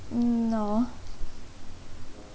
mm no